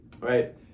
right